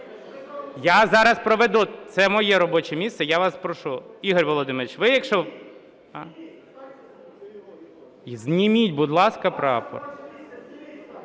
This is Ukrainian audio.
Я зараз проведу. Це моє робоче місце. Я вас прошу, Ігор Володимирович, ви якщо… Зніміть, будь ласка, прапор.